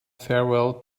farewell